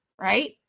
right